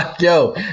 yo